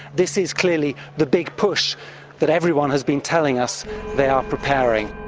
this is clearly the big push that everyone has been telling us they are preparing.